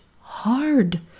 hard